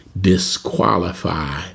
disqualify